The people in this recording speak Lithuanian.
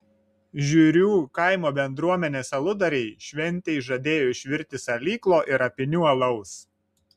žiurių kaimo bendruomenės aludariai šventei žadėjo išvirti salyklo ir apynių alaus